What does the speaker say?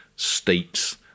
States